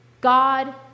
God